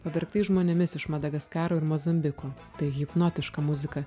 pavergtais žmonėmis iš madagaskaro ir mozambiko tai hipnotiška muzika